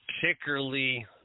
particularly